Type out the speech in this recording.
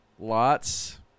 Lots